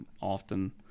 often